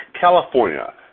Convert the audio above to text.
California